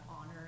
honor